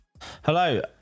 Hello